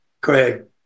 Craig